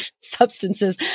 substances